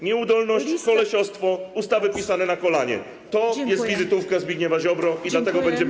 Nieudolność, kolesiostwo, ustawy pisane na kolanie - to jest wizytówka Zbigniewa Ziobry, dlatego będziemy.